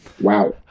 Wow